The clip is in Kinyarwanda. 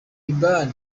liban